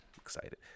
excited